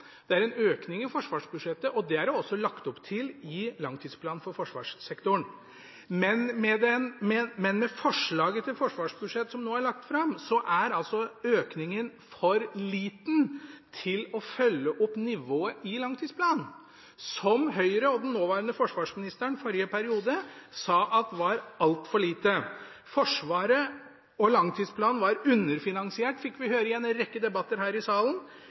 Det er en økning i forsvarsbudsjettet, og det er det også lagt opp til i langtidsplanen for forsvarssektoren. Men med det forslaget til forsvarsbudsjett som nå er lagt fram, er økningen for liten til å følge opp nivået i langtidsplanen, som Høyre og den nåværende forsvarsministeren i forrige periode sa var altfor lite. Forsvaret og langtidsplanen var underfinansiert, fikk vi høre i en rekke debatter her i salen.